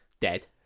dead